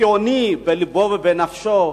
שציוני בלבו ובנפשו,